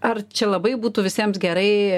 ar čia labai būtų visiems gerai